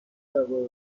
درباره